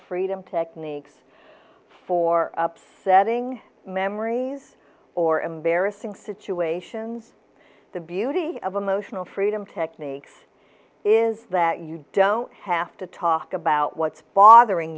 freedom techniques for upsetting memories or embarrassing situations the beauty of emotional freedom techniques is that you don't have to talk about what's bothering